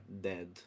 dead